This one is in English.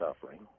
suffering